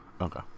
Okay